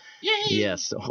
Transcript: yes